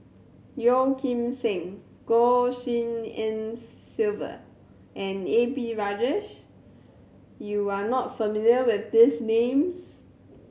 Yeo Kim Seng Goh Tshin En Sylvia and A P Rajah you are not familiar with these names